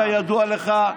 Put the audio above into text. כידוע לך,